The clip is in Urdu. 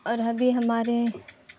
اور ابھی ہمارے